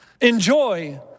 Enjoy